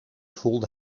voelde